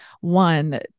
One